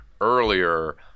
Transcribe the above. earlier